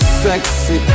sexy